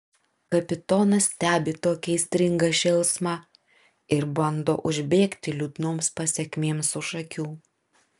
kapitonas stebi tokį aistringą šėlsmą ir bando užbėgti liūdnoms pasekmėms už akių